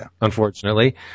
unfortunately